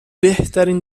بهترین